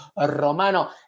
Romano